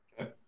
Okay